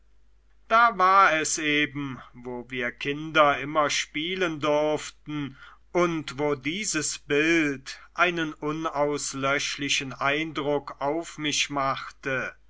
da war es eben wo wir kinder immer spielen durften und wo dieses bild einen unauslöschlichen eindruck auf mich machte